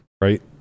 right